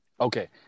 Okay